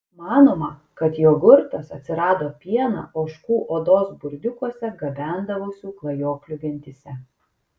manoma kad jogurtas atsirado pieną ožkų odos burdiukuose gabendavusių klajoklių gentyse